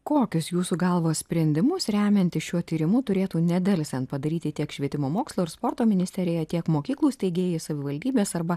kokius jūsų galva sprendimus remiantis šiuo tyrimu turėtų nedelsiant padaryti tiek švietimo mokslo ir sporto ministerija tiek mokyklų steigėjai savivaldybės arba